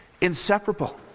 inseparable